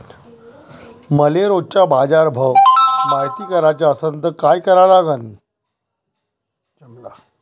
मले रोजचा बाजारभव मायती कराचा असन त काय करा लागन?